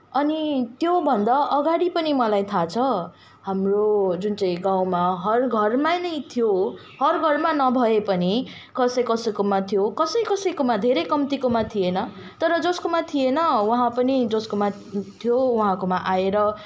अनि त्योभन्दा अघाडि पनि मलाई थाहा छ हाम्रो जुन चाहिँ गाउँमा हर घरमा नै थियो हर घरमा नभए पनि कसै कसैकोमा थियो कसै कसैकोमा धेरै कम्तीकोमा थिएन तर जस्कोमा थिएन उहाँ पनि जस्कोमा थियो उहाँकोमा आएर